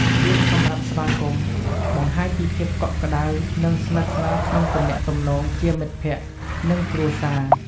ពាក្យសម្រាប់ ស្វាគមន៍ បង្ហាញពីភាពកក់ក្តៅ និងស្និទ្ធស្នាលក្នុងទំនាក់ទំនងជាមិត្តភក្តិ និងគ្រួសារ។។